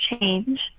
change